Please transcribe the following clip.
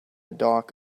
dock